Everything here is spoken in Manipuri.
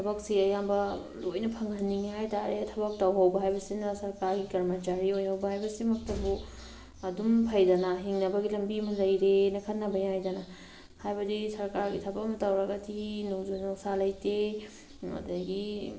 ꯊꯕꯛꯁꯦ ꯑꯌꯥꯝꯕ ꯂꯣꯏꯅ ꯐꯪꯍꯟꯅꯤꯡꯉꯤ ꯍꯥꯏ ꯇꯥꯔꯦ ꯊꯕꯛ ꯇꯧꯍꯧꯕ ꯍꯥꯏꯕꯁꯤꯅ ꯁ꯭ꯔꯀꯥꯔꯒꯤ ꯀ꯭ꯔꯃꯆꯥꯔꯤ ꯑꯣꯏꯍꯧꯕ ꯍꯥꯏꯕꯁꯤꯃꯛꯇꯕꯨ ꯑꯗꯨꯝ ꯐꯩꯗꯅ ꯍꯤꯡꯅꯕꯒꯤ ꯂꯝꯕꯤ ꯑꯃ ꯂꯩꯔꯤ ꯑꯅ ꯈꯟꯅꯕ ꯌꯥꯏꯗꯅ ꯍꯥꯏꯕꯗꯤ ꯁ꯭ꯔꯀꯥꯔꯒꯤ ꯊꯕꯛ ꯑꯃ ꯇꯧꯔꯒꯗꯤ ꯅꯣꯡꯖꯨ ꯅꯨꯡꯁꯥ ꯂꯩꯇꯦ ꯑꯗꯨꯗꯒꯤ